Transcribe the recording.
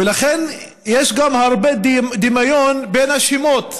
ולכן יש גם הרבה דמיון בין השמות.